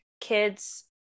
kids